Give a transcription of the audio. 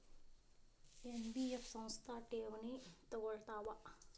NBF ಸಂಸ್ಥಾ ಠೇವಣಿ ತಗೋಳ್ತಾವಾ?